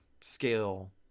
scale